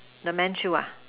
the man shoe ah